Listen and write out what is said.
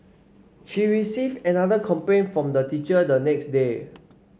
she received another complaint from the teacher the next day